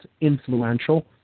influential